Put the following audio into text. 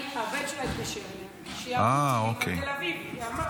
הבן שלה התקשר אליה כשירו טילים על תל אביב.